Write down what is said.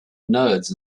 nerds